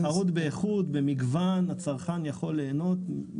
לטעמנו הסמכות לשלול מהיבואן את ההקלה הזאת היא סנקציה מאוד מאוד קשה.